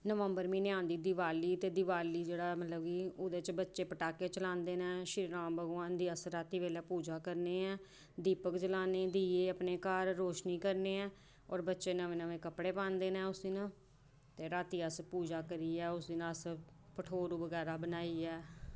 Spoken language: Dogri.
नंवबर म्हीनै आंदी दिवाली ते दिवाली पर अस जेह्ड़ा ओह्दे च कि बच्चे पटाखे चलांदे न श्रीराम भगवान दी रातीं अस पूजा करने आं दीपक जलाने अपने घर रोशनी करने होर बच्चे नमें नमें कपड़े पांदे न उस दिन ते रातीं अस पूजा करियै उस दिन अस भठोरू बगैरा बनाइयै